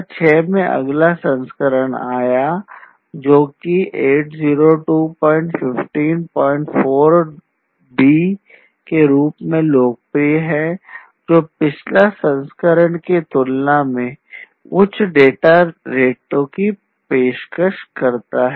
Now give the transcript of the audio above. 2006 में अगला संस्करण आया जो कि 802154b के रूप में लोकप्रिय है जो पिछला संस्करण की तुलना में उच्च डेटा दरों की पेशकश करते हैं